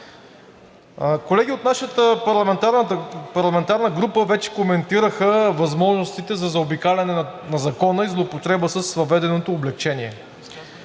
Колеги от нашата парламентарна група вече коментираха възможностите за заобикаляне на Закона и злоупотреба с въведеното облекчение.